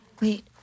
Wait